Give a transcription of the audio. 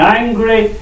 angry